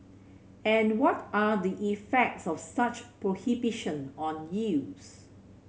and what are the effects of such prohibition on youths